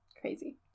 Crazy